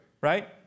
right